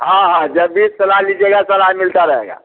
हाँ हाँ जब भी सलाह लीजिएगा सलाह मिलता रहेगा